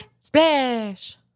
Splash